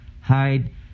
hide